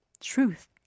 Truth